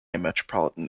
metropolitan